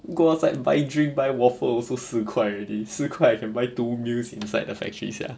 go outside and buy drink buy waffle also 四块 already 四块 I can buy two meals inside the factory sia